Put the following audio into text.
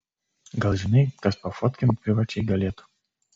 gal žinai kas pafotkint privačiai galėtų